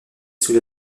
sous